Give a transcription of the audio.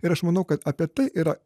ir aš manau kad apie tai yra